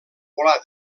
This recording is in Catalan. volar